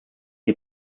die